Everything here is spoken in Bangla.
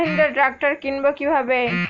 মাহিন্দ্রা ট্র্যাক্টর কিনবো কি ভাবে?